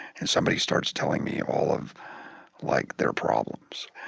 and somebody starts telling me all of like, their problems.